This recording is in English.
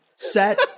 Set